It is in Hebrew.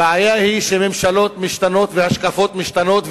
הבעיה היא שממשלות משתנות והשקפות משתנות,